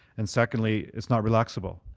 and secondly, it's not relaxable